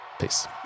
peace